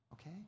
okay